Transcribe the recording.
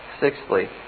Sixthly